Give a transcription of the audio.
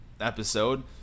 episode